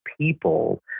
people